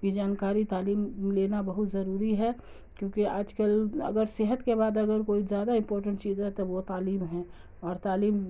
کی جانکاری تعلیم لینا بہت ضروری ہے کیونکہ آج کل اگر صحت کے بعد اگر کوئی زیادہ امپورٹینٹ چیز ہے تو وہ تعلیم ہے اور تعلیم